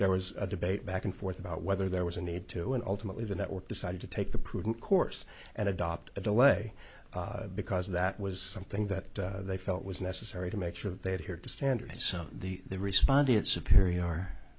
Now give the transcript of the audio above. there was a debate back and forth about whether there was a need to and ultimately the network decided to take the prudent course and adopt a delay because that was something that they felt was necessary to make sure that they had here to standard so the respond